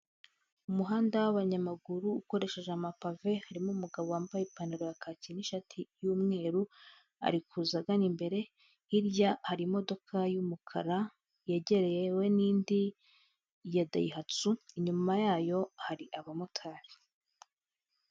Umuhanda w'abanyamaguru ukoresheje amapave harimo umugabo wambaye ipantaro ya kaki n'ishati y'umweru, ari kuza agana imbere, hirya hari imodoka y'umukara yegereyewe n'indi ya dayihatsu, inyuma yayo hari abamotari.